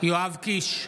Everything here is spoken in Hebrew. יואב קיש,